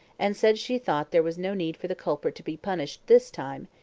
and said she thought there was no need for the culprit to be punished this time,